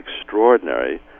extraordinary